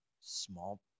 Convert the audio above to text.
small